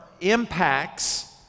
impacts